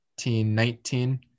1919